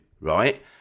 right